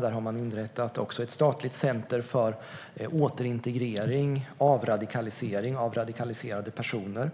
I Frankrike har man också inrättat ett statligt center för återintegrering och avradikalisering av radikaliserade personer.